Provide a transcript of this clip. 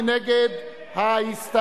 מי נגד ההסתייגות?